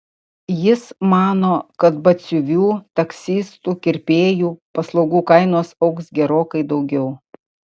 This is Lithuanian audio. jis mano kad batsiuvių taksistų kirpėjų paslaugų kainos augs gerokai daugiau